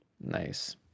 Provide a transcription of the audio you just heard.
Nice